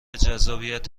جذابیت